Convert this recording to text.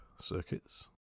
circuits